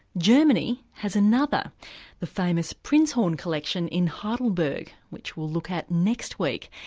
germany has another the famous prinzhorn collection in heidelberg which we'll look at next week.